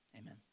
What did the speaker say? amen